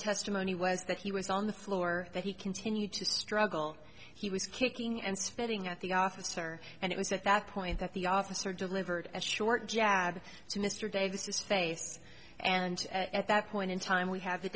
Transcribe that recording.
testimony was that he was on the floor that he continued to struggle he was kicking and spitting at the officer and it was at that point that the officer delivered a short jab to mr davis face and at that point in time we have